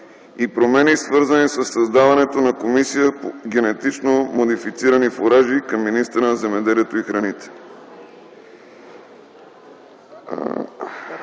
и промени свързани със създаването на Комисия по генетично модифицирани фуражи към министъра на земеделието и храните.